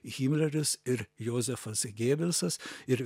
himleris ir jozefas gėbelsas ir